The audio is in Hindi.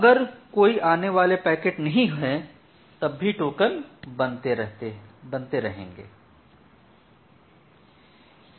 अगर कोई आने वाले पैकेट नहीं हैं तब भी टोकन बनते रहेंगे